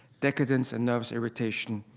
decadence, and nervous irritation,